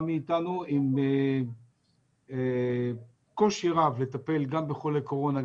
מאתנו עם קושי רב לטפל גם בחולי קורונה,